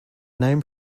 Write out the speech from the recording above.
name